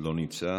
לא נמצא.